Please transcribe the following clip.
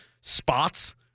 spots